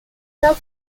cup